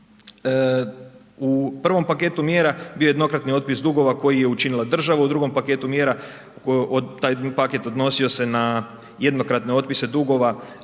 U prvom paketu mjera bio je jednokratni otpis dugova koji je učinila država, u drugom paketu mjera, taj paket odnosio se na jednokratne otpise dugova,